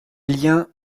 liens